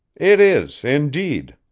it is, indeed,